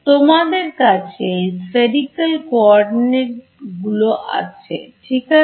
তোমাদের কাছে এই Spherical Coordinate গুলো আছে ঠিক আছে